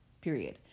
period